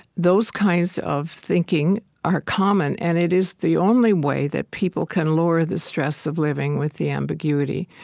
those kinds of thinking are common, and it is the only way that people can lower the stress of living with the ambiguity.